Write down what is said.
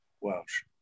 Welsh